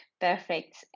Perfect